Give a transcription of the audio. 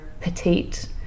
petite